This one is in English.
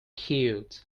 cute